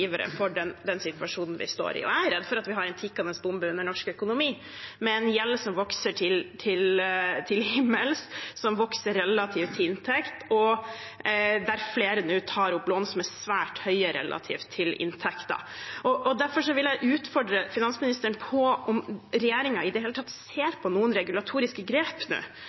for den situasjonen vi står i. Jeg er redd for at vi har en tikkende bombe under norsk økonomi, med en gjeld som vokser til himmels, som vokser relativt til inntekt, og der flere nå tar opp lån som er svært høye relativt til inntekten. Derfor vil jeg utfordre finansministeren på om regjeringen i det hele tatt ser på noen regulatoriske